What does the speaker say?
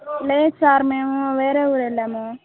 లేదు సార్ మేము వేరే ఊరు వెళ్ళాము